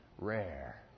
Rare